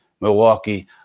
Milwaukee